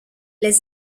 les